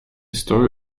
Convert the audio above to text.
story